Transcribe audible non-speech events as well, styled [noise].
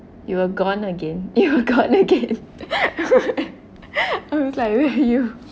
you were gone again you were gone again [laughs] I was like where are you